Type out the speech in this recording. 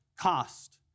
cost